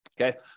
Okay